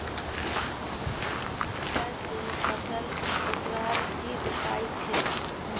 कीड़ा से फसल बचवार की उपाय छे?